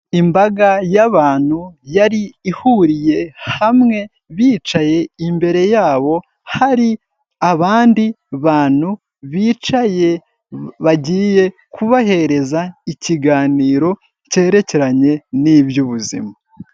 Imbaga y'abantu yari ihuriye hamwe bicaye, imbere yabo hari abandi bantu bicaye bagiye kubahereza ikiganiro cyerekeranye n'iby'ubuzima.